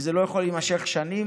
וזה לא יכול להימשך שנים.